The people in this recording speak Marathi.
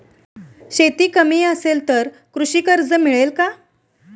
शेती कमी असेल तर कृषी कर्ज मिळेल का?